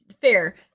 Fair